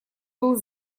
был